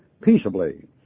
peaceably